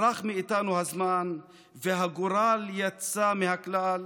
/ ברח מאיתנו הזמן / והגורל יצא מהכלל